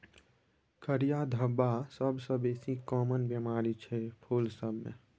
करिया धब्बा सबसँ बेसी काँमन बेमारी छै फुल सब मे